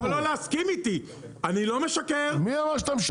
דוד לא היית שם,